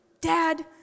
Dad